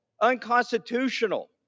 unconstitutional